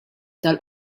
tal